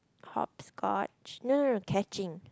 hopscotch no no no catching